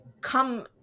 come